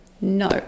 No